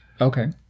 Okay